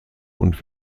und